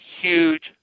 huge